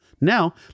now